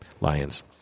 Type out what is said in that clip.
lions